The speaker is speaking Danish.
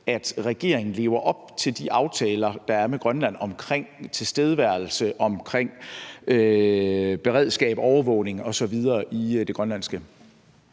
at regeringen lever op til de aftaler, der er med Grønland om tilstedeværelse, beredskab, overvågning osv. i det grønlandske?